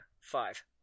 five